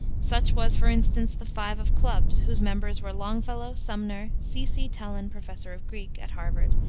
such was, for instance, the five of clubs, whose members were longfellow, sumner, c. c. tellon, professor of greek at harvard,